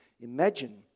Imagine